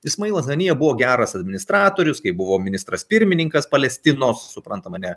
ismailas hanija buvo geras administratorius kai buvo ministras pirmininkas palestinos suprantama ne